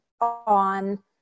on